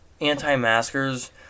anti-maskers